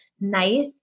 nice